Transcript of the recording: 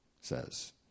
says